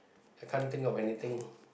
I can't think of anything